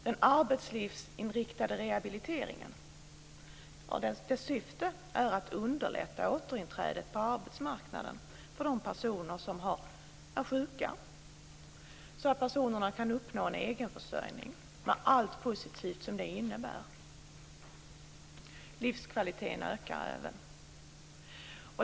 Den arbetslivsinriktade rehabiliteringens syfte är att underlätta återinträdet på arbetsmarknaden för de personer som är sjuka, så att de kan uppnå en egen försörjning med allt positivt som det innebär. Även livskvaliteten ökar.